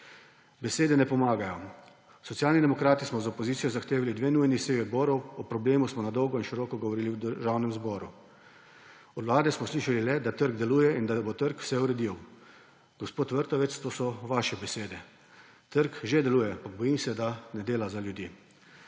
Besede ne pomagajo. Socialni demokrati smo z opozicijo zahtevali dve nujni seji odborov. O problemu smo na dolgo in široko govorili v Državnem zboru. Od Vlade smo slišali le, da trg deluje in da bo trg vse uredil. Gospod Vrtovec, to so vaše besede. Trg že deluje, ampak bojim se, da ne dela za ljudi.